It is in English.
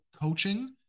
coaching